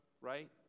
right